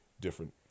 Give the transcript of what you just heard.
different